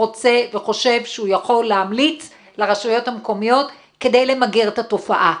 רוצה וחושב שהוא יכול להמליץ לרשויות המקומיות כדי למגר את התופעה.